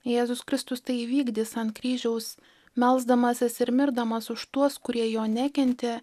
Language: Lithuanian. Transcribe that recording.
jėzus kristus tai įvykdys ant kryžiaus melsdamasis ir mirdamas už tuos kurie jo nekentė